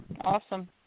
Awesome